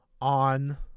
On